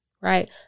right